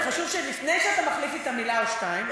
אבל חשוב שלפני שאתה מחליף אתה מילה או שתיים,